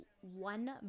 one